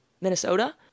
Minnesota